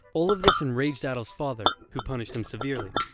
all of this enraged adolph's father, who punished him severely.